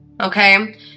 Okay